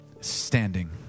standing